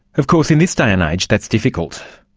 of course in this day and age that's difficult.